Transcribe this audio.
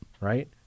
Right